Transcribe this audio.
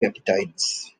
peptides